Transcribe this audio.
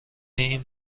این